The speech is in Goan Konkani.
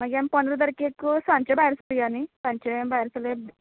मागीर आमी पंदरा तारखेर स सांजचे भायर सरया न्ही सांजचे भायर सगले